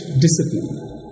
discipline